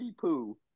Poo